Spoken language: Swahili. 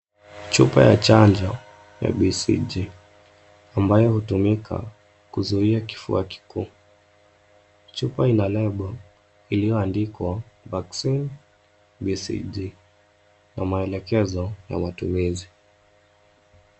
Chupa ya chanjo ya BCG ambayo hutumika kuzuia kifua kikuu. Chupa ina logo iliyoandikwa vaccine BCG na maelekezo ya matumizi.